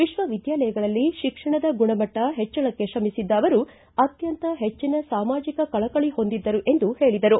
ವಿಶ್ವವಿದ್ಯಾಲಯಗಳಲ್ಲಿ ಶಿಕ್ಷಣದ ಗುಣಮಟ್ಟ ಹೆಚ್ಚಳಕ್ಕೆ ತ್ರಮಿಸಿದ್ದ ಅವರು ಅತ್ಯಂತ ಹೆಚ್ಚನ ಸಾಮಾಜಿಕ ಕಳಕಳ ಹೊಂದಿದ್ದರು ಎಂದು ಹೇಳಿದರು